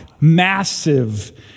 Massive